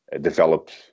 developed